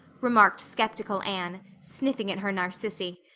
remarked skeptical anne, sniffing at her narcissi.